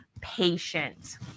patient